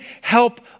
help